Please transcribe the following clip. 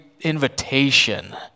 invitation